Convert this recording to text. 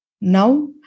Now